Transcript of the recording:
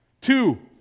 Two